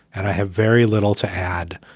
and i have very little to add,